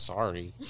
Sorry